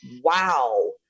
wow